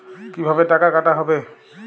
কিভাবে টাকা কাটা হবে?